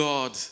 God